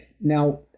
Now